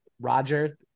Roger